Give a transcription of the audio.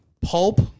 Pulp